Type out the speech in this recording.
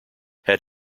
had